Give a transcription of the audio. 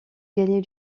gagner